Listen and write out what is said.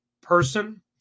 person